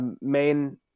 main